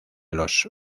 los